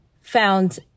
found